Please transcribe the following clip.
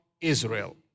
Israel